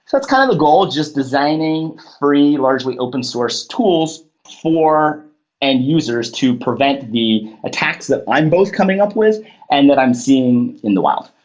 so it's kind of a goal. just designing free largely open source tools for end-users to prevent the attacks that i'm both coming up with and that i'm seeing in the wild.